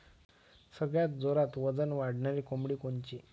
सगळ्यात जोरात वजन वाढणारी कोंबडी कोनची?